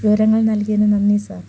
വിവരങ്ങൾ നൽകിയതിന് നന്ദി സർ